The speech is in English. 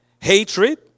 Hatred